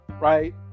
right